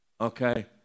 okay